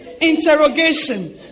interrogation